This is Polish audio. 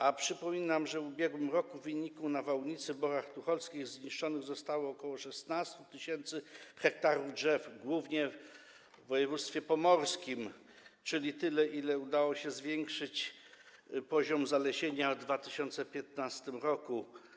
A przypominam, że w ubiegłym roku w wyniku nawałnicy w Borach Tucholskich zniszczonych zostało ok. 16 tys. ha drzew, głównie w województwie pomorskim, czyli tyle, o ile udało się zwiększyć poziom zalesienia w 2015 r.